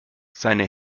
seine